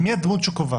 מי הדמות שקובעת?